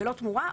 ללא תמורה,